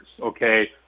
okay